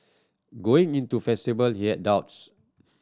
going into festival he had doubts